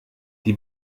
die